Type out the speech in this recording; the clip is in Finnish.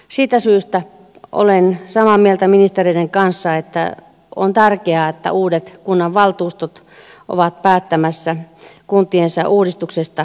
siitä syystä olen samaa mieltä ministereiden kanssa että on tärkeää että uudet kunnanvaltuustot ovat päättämässä kuntiensa uudistuksesta kunnallisvaalien jälkeen